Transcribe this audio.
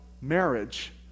marriage